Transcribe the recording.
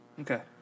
Okay